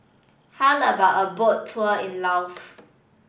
how about a boat tour in Laos